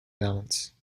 balance